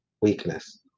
Weakness